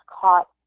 caught